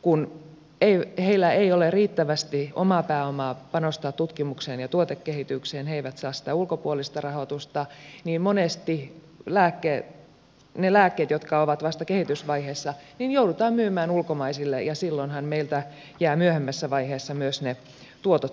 kun heillä ei ole riittävästi omaa pääomaa panostaa tutkimukseen ja tuotekehitykseen he eivät saa sitä ulkopuolista rahoitusta jolloin monesti ne lääkkeet jotka ovat vasta kehitysvaiheessa joudutaan myymään ulkomaisille yhtiöille ja silloinhan meiltä jäävät myöhemmässä vaiheessa ne tuotot saamatta